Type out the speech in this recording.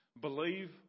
believe